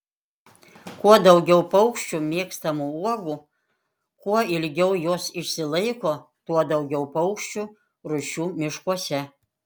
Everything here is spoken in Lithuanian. kuo daugiau paukščių mėgstamų uogų kuo ilgiau jos išsilaiko tuo daugiau paukščių rūšių miškuose